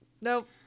Nope